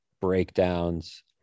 breakdowns